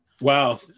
Wow